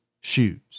shoes